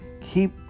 keep